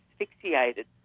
asphyxiated